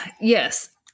Yes